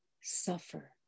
suffer